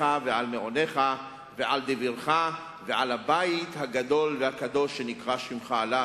ועל מעונך ועל דבירך ועל הבית הגדול והקדוש שנקרא שמך עליו.